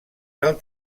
del